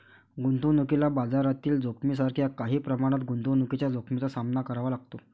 गुंतवणुकीला बाजारातील जोखमीसारख्या काही प्रमाणात गुंतवणुकीच्या जोखमीचा सामना करावा लागतो